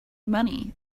money